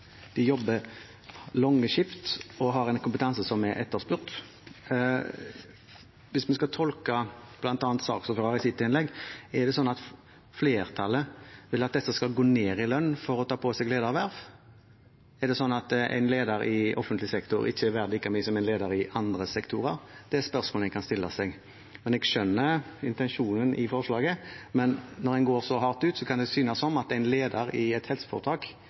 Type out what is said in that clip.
de jobber lange skift og har en kompetanse som er etterspurt. Hvis vi skal tolke bl.a. saksordføreren i hans innlegg, er det sånn at flertallet vil at disse skal gå ned i lønn for å ta på seg lederverv? Er det sånn at en leder i offentlig sektor ikke er verdt like mye som en leder i andre sektorer? Det er spørsmål en kan stille seg. Jeg skjønner intensjonen i forslaget, men når en går så hardt ut, kan det synes som om en leder i et helseforetak